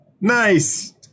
Nice